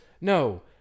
no